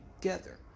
together